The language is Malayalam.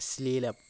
അശ്ലീലം